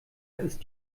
ist